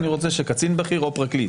אני רוצה שקצין בכיר או פרקליט.